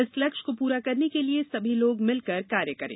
इस लक्ष्य को पूरा करने के लिए सभी लोग मिलकर कार्य करें